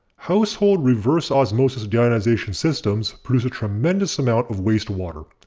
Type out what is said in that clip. household reverse osmosis deionization systems produce a tremendous amount of wastewater.